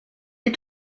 est